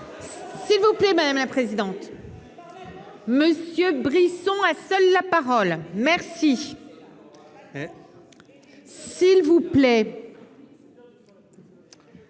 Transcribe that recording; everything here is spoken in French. s'il vous plaît, madame la présidente, monsieur Brisson a seule la parole, merci, s'il vous plaît.